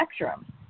spectrum